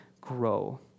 grow